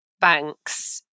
banks